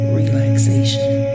relaxation